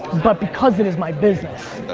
but because it is my business.